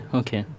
okay